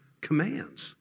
commands